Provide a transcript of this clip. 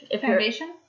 Foundation